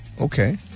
Okay